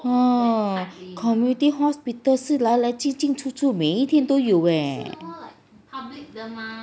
oh community hospital is 来来进进出出每天都有 eh